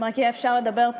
אם רק יהיה אפשר לדבר פה,